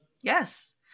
Yes